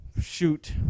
shoot